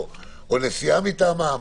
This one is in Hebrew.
או נשיאה מטעמם,